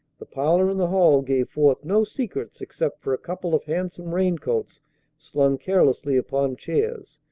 the parlor and the hall gave forth no secrets except for a couple of handsome raincoats slung carelessly upon chairs.